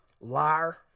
liar